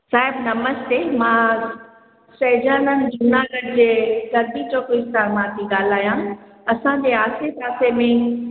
sir नमस्ते मां सैजानन जूनागढ़ जे सर्दी चौकिस्तान मां थी ॻाल्हायां असांजे आसे पासे में ई